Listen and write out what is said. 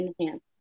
enhance